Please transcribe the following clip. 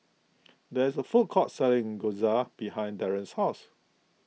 there is a food court selling Gyoza behind Daron's house